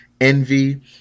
Envy